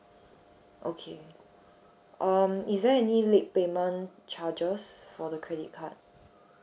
okay um is there any late payment charges for the credit card